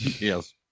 yes